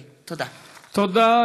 דוד ביטן,